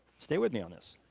stay with me on this.